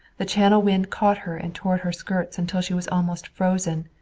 the channel wind caught her and tore at her skirts until she was almost frozen.